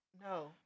No